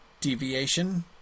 deviation